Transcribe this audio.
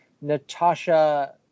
Natasha